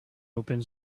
open